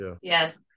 yes